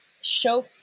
show